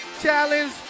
Challenge